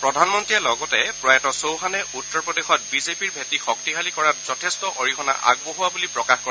প্ৰধানমন্ত্ৰীয়ে লগতে প্ৰয়াত চৌহানে উত্তৰ প্ৰদেশত বিজেপিৰ ভেটী শক্তিশালী কৰাত যথেষ্ট অৰিহনা আগবঢ়োৱা বুলি প্ৰকাশ কৰে